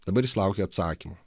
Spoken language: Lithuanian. dabar jis laukia atsakymo